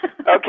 Okay